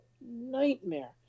nightmare